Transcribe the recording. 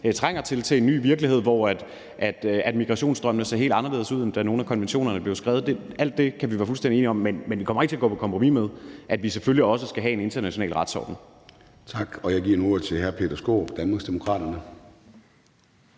altså til en ny virkelighed, hvor migrationsstrømmene ser helt anderledes ud, end da nogle af konventionerne blev skrevet. Alt det kan vi jo være fuldstændig enige om, men vi kommer ikke til at gå på kompromis med, at vi selvfølgelig også skal have en international retsorden. Kl. 11:25 Formanden (Søren Gade): Tak. Jeg giver nu ordet til hr. Peter Skaarup, Danmarksdemokraterne.